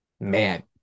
man